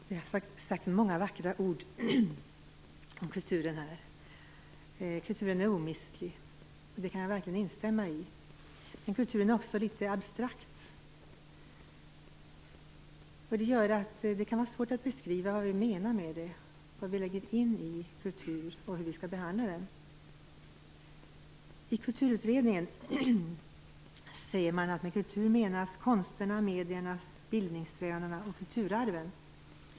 Fru talman! Det har sagts många vackra ord om kulturen här. Kulturen är omistlig - det jag kan verkligen instämma i. Men kulturen är också litet abstrakt, och det gör att det kan vara svårt att beskriva vad vi menar med det, vad vi lägger in i begreppet kultur och hur vi skall behandla kulturen. I Kulturutredningen säger man att med kultur menas konsterna, medierna, bildningssträvandena och kulturarven.